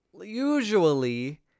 usually